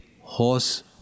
horse